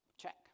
Check